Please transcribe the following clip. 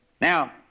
Now